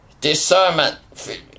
discernment